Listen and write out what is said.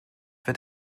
wird